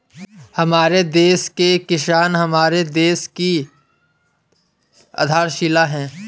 हमारे देश के किसान हमारे देश की आधारशिला है